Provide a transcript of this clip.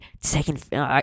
Second